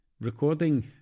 Recording